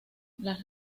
las